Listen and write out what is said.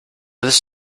this